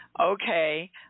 okay